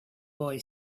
boy